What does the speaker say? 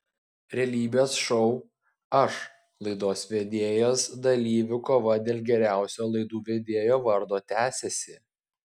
realybės šou aš laidos vedėjas dalyvių kova dėl geriausio laidų vedėjo vardo tęsiasi